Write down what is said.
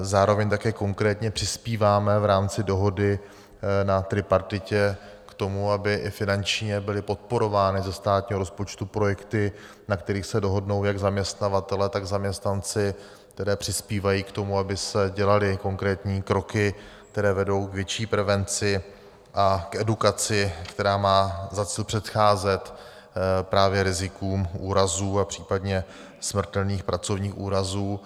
Zároveň také konkrétně přispíváme v rámci dohody na tripartitě k tomu, aby i finančně byly podporovány ze státního rozpočtu projekty, na kterých se dohodnou jak zaměstnavatelé, tak zaměstnanci, které přispívají k tomu, aby se dělaly konkrétní kroky, které vedou k větší prevenci a k edukaci, která má za cíl předcházet právě rizikům úrazů, případně smrtelných pracovních úrazů.